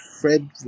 Fred